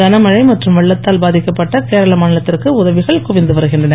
கனமழை மற்றும் வெள்ளத்தால் பாதிக்கப்பட்ட கேரள மாநிலத்திற்கு உதவிகள் குவிந்து வருகினறன